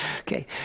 okay